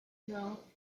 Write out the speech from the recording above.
know